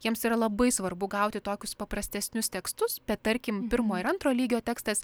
jiems yra labai svarbu gauti tokius paprastesnius tekstus tarkim pirmo ir antro lygio tekstas